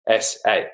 sa